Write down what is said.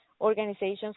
organizations